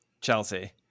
Chelsea